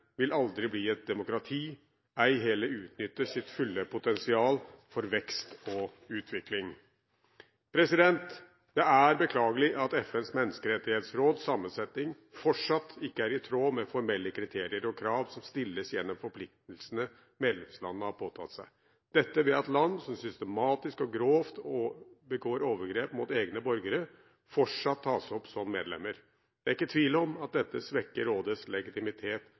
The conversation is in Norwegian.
vil aldri bli et demokrati, ei heller utnytte sitt fulle potensial for vekst og utvikling. Det er beklagelig at FNs menneskerettighetsråds sammensetning fortsatt ikke er i tråd med de formelle kriterier og krav som stilles gjennom forpliktelsene medlemslandene har påtatt seg, ved at land som systematisk og grovt begår overgrep mot egne borgere, fortsatt tas opp som medlemmer. Det er ikke tvil om at dette svekker rådets legitimitet